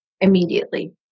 immediately